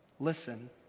listen